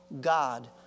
God